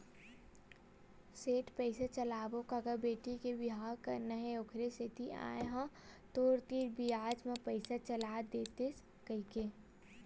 सेठ पइसा चलाबे का गा बेटी के बिहाव करना हे ओखरे सेती आय हंव तोर तीर बियाज म पइसा चला देतेस कहिके